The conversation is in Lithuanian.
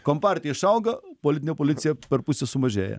kompartija išauga politinė policija per pusę sumažėja